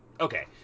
okay